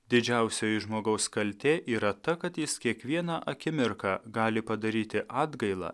didžiausioji žmogaus kaltė yra ta kad jis kiekvieną akimirką gali padaryti atgailą